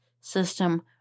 system